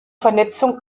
vernetzung